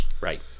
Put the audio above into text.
Right